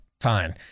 fine